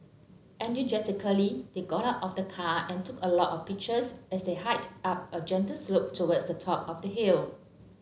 enthusiastically they got out of the car and took a lot of pictures as they hiked up a gentle slope towards the top of the hill